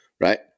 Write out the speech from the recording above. right